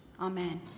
Amen